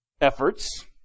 efforts